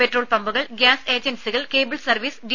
petrol പമ്പുകൾ gas ഏജൻസികൾ cable service D